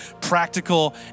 practical